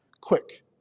quick